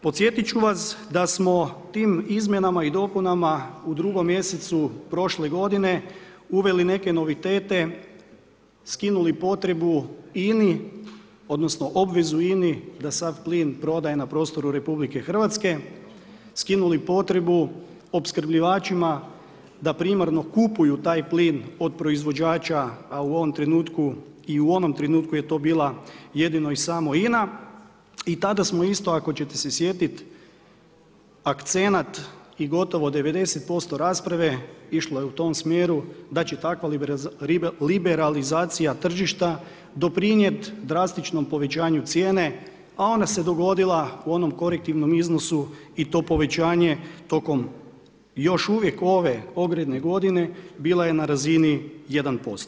Podsjetit ću vas da smo tim izmjenama i dopunama u 2. mjesecu prošle godine uveli neke novitete, skinuli potrebu INA-i, odnosno obvezu INA-i da sav plin prodaje na prostoru RH, skinuli potrebu opskrbljivačima da primarno kupuju taj plin od proizvođača a u ovom trenutku a i u onom trenutku je to bila jedino i samo INA, i tada smo isto ako ćete se sjetiti akcenat i gotovo 90% išlo je u tom smjeru da će takva liberalizacija tržišta doprinijeti drastičnom povećanju cijene a ona se dogodila u onom korektivnom iznosu i to povećanje tokom još uvijek ove ogrjevne godine, bila je na razini 1%